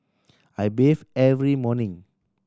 I bathe every morning